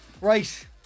Right